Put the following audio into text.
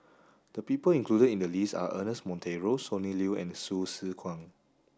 the people included in the list are Ernest Monteiro Sonny Liew and Hsu Tse Kwang